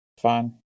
Fine